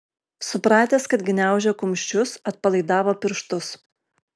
supratęs kad gniaužia kumščius atpalaidavo pirštus